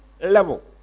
level